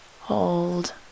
Hold